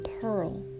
pearl